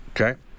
Okay